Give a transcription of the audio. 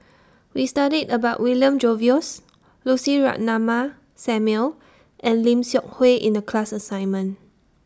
We studied about William Jervois Lucy Ratnammah Samuel and Lim Seok Hui in The class assignment